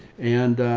and,